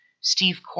Steve